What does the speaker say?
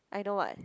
I know [what]